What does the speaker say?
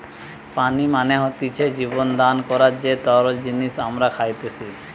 পানি মানে হতিছে জীবন দান করার যে তরল জিনিস আমরা খাইতেসি